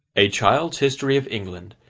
a child's history of england,